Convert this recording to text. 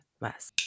Less